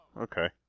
Okay